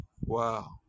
Wow